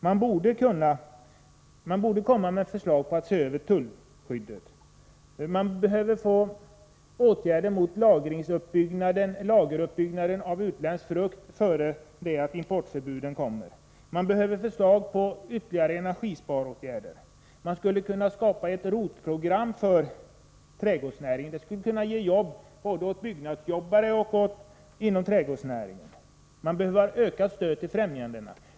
Man borde komma med förslag till att se över tullskyddet. Man behöver vidta åtgärder mot uppbyggnad av lager av utländsk frukt, innan importförbuden kommer. Man borde vidta ytterligare energisparåtgärder. Man skulle kunna skapa ett ROT-program för trädgårdsnäringen. Detta skulle kunna ge arbete åt byggnadsarbetare och skapa arbetstillfällen inom trädgårdsnäringen. Det behövs verkligen en ökning av stödet.